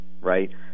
right